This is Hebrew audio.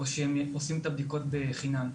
או שהם עושים את הבדיקות בחינם?